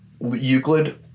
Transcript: Euclid